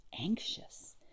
anxious